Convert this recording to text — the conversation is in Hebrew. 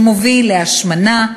שמובילים להשמנה,